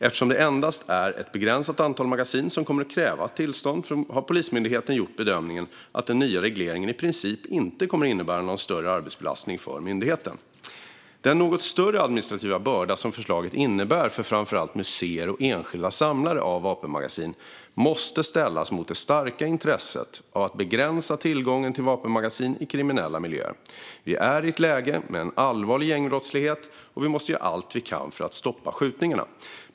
Eftersom det endast är ett begränsat antal magasin som kommer att kräva tillstånd har Polismyndigheten gjort bedömningen att den nya regleringen i princip inte kommer att innebära någon större arbetsbelastning för myndigheten. Den något större administrativa börda som förslaget innebär för framför allt museer och enskilda samlare av vapenmagasin måste ställas mot det starka intresset av att begränsa tillgången till vapenmagasin i kriminella miljöer. Vi är i ett läge med en allvarlig gängbrottslighet, och vi måste göra allt vi kan för att stoppa skjutningarna.